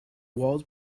walls